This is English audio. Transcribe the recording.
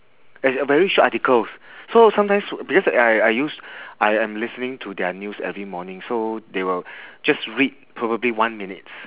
as a very short articles so sometimes because I I use I I'm listening to their news every morning so they will just read probably one minute